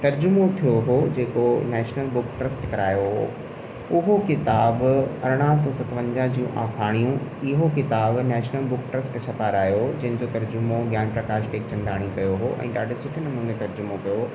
तर्जुमो थियो हुओ जेको नैशनल बुक ट्र्स्ट करायो हुओ उहो किताब अरिड़हां सतवंजाह जूं आखाणियूं इहो किताबु नैशनल बुक ट्र्स्ट छपिरायो जंहिंजो तर्जुमो ग्यानप्रकाश टेकचंदाणी कयो हुओ ऐं ॾाढे सुठे नमूने तर्जुमो कयो